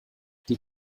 die